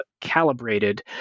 calibrated